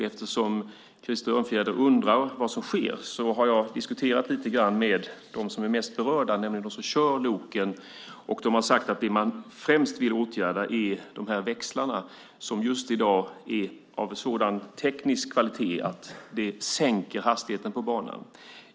Eftersom Krister Örnfjäder undrar vad som sker har jag diskuterat lite med dem som är mest berörda, nämligen dem som kör loken. De har sagt att det man främst vill åtgärda är de växlar som i dag är av sådan teknisk kvalitet att de sänker hastigheten på banan.